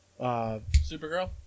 Supergirl